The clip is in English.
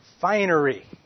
finery